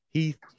Heath